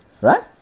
right